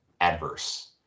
adverse